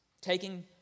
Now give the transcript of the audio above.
Taking